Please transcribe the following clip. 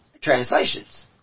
translations